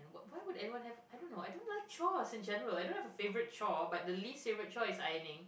why would anyone have I don't know I don't like chores in general I don't have a favorite chore but the least favorite chore is ironing